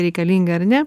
reikalinga ar ne